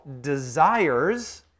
desires